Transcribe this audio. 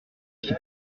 qui